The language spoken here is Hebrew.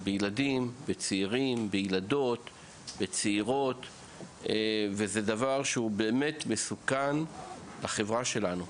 בילדים וילדות וזה דבר שהוא מסוכן לחברה שלנו.